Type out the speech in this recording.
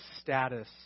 status